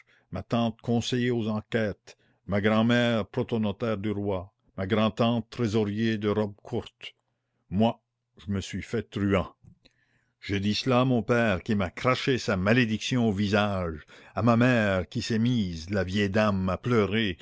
ma tante conseiller aux enquêtes ma grand-mère protonotaire du roi ma grand tante trésorier de robe courte moi je me suis fait truand j'ai dit cela à mon père qui m'a craché sa malédiction au visage à ma mère qui s'est mise la vieille dame à pleurer